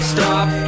Stop